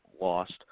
lost